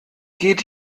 geht